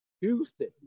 Houston